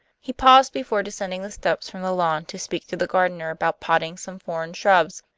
he paused before descending the steps from the lawn to speak to the gardener about potting some foreign shrubs,